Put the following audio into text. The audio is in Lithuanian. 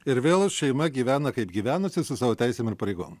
ir vėl šeima gyvena kaip gyvenusi su savo teisėm ir pareigom